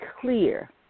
clear